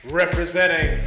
representing